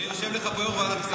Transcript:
יושב לך פה יו"ר ועדת כספים.